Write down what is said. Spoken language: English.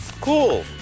Cool